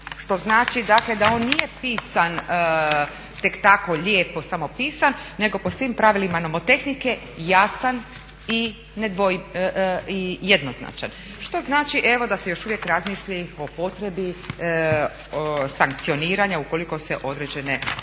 što znači dakle da on nije pisan tek tako lijepo samo pisan nego po svim pravilima nomotehnike jasan i jednoznačan. Što znači evo da se još uvijek razmisli o potrebi sankcioniranja ukoliko se određene